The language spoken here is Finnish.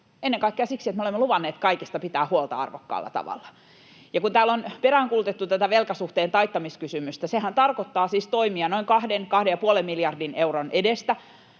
ennen kaikkea siksi, että me olemme luvanneet kaikista pitää huolta arvokkaalla tavalla. Kun täällä on peräänkuulutettu tätä velkasuhteen taittamiskysymystä, niin sehän tarkoittaa siis toimia noin 2—2,5 miljardin euron edestä.